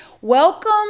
Welcome